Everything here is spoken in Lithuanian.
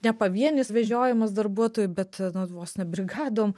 ne pavienis vežiojimas darbuotojų bet vos ne brigadom